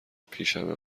پیشمه